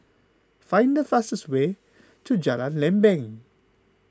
find the fastest way to Jalan Lempeng